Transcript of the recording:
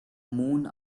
moon